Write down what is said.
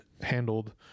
handled